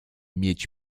mieć